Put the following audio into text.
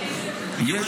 בגלל שמדובר במונופול.